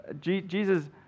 Jesus